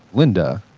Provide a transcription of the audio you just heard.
linda,